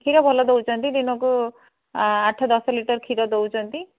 କ୍ଷୀର ଭଲ ଦେଉଛନ୍ତି ଦିନକୁ ଆଠ ଦଶ ଲିଟର କ୍ଷୀର ଦେଉଛନ୍ତି